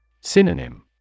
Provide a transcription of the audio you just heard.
Synonym